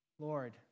Lord